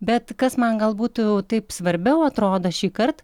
bet kas man gal būtų taip svarbiau atrodo šįkart